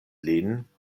lin